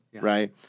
right